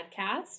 podcast